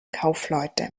kaufleute